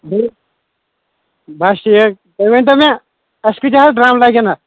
بیٚیہِ بَس ٹھیٖک تُہۍ ؤنۍ تو مےٚ اَسہِ کۭتیٛاہ حظ ڈرٛم لَگن اَتھ